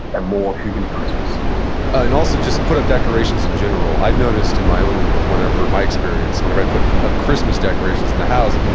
a more hygge-ly christmas and also, just put up decorations in general. i've noticed in my own, whenever my experience, whenever i put up christmas decorations in the house,